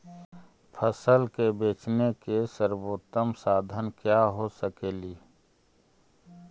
फसल के बेचने के सरबोतम साधन क्या हो सकेली?